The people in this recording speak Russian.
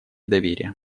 доверия